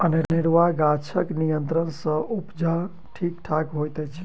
अनेरूआ गाछक नियंत्रण सँ उपजा ठीक ठाक होइत अछि